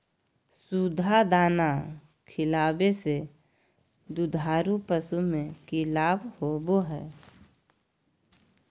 सुधा दाना खिलावे से दुधारू पशु में कि लाभ होबो हय?